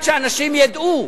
שאנשים ידעו